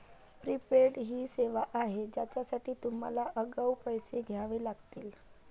prepaid ही सेवा आहे ज्यासाठी तुम्हाला आगाऊ पैसे द्यावे लागतील